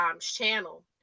channel